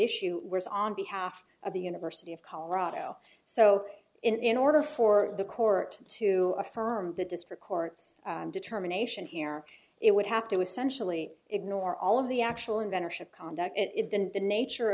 issue was on behalf of the university of colorado so in order for the court to affirm the district court's determination here it would have to essentially ignore all of the actual inventor should conduct it than the nature